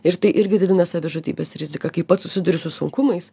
ir tai irgi didina savižudybės riziką kai pats susiduri su sunkumais